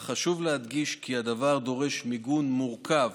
אך חשוב להדגיש כי הדבר דורש מיגון מורכב,